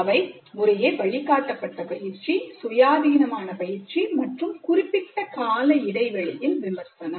அவை முறையே வழிகாட்டப்பட்ட பயிற்சி சுயாதீனமான பயிற்சி மற்றும் குறிப்பிட்ட கால இடைவெளியில் விமர்சனம்